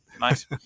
nice